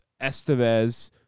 Estevez